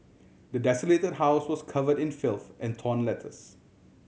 the desolated house was covered in filth and torn letters